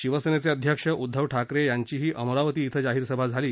शिवसेनेचे अध्यक्ष उद्दव ठाकरे यांचीही अमरावती इथं जाहीर सभा झाली